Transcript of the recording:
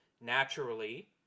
Naturally